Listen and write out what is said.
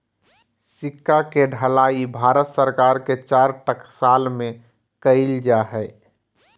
सिक्का के ढलाई भारत सरकार के चार टकसाल में कइल जा हइ